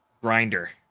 grinder